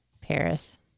paris